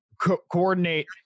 coordinate